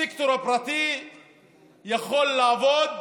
הסקטור הפרטי יכול לעבוד,